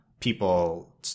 people